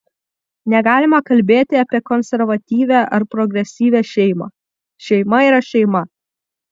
negalima kalbėti apie konservatyvią ar progresyvią šeimą šeima yra šeima